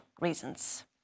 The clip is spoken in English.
reasons